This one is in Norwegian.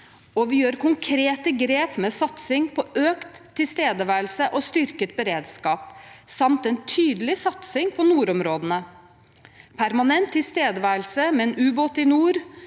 Vi gjør også konkrete grep med satsing på økt tilstedeværelse og styrket beredskap, samt en tydelig satsing på nordområdene: – permanent tilstedeværelse med en ubåt i nord